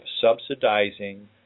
subsidizing